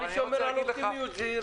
אני שומר על אופטימיות זהירה